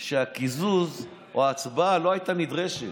שהקיזוז, או ההצבעה לא הייתה נדרשת.